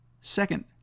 Second